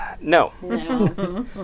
No